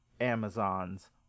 Amazons